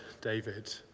David